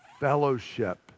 Fellowship